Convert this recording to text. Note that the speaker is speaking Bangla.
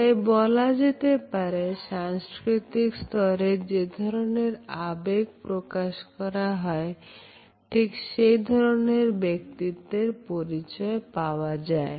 তাই বলা যেতে পারে সাংস্কৃতিক স্তরে যে ধরনের আবেগ প্রকাশ করা হয় ঠিক সেই ধরণের ব্যক্তিত্বের পরিচয় পাওয়া যায়